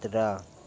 कुत्रा